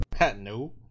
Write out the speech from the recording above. No